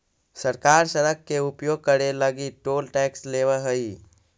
सरकार सड़क के उपयोग करे लगी टोल टैक्स लेवऽ हई